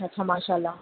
اچھا ماشاء اللہ